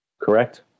correct